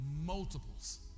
multiples